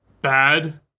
bad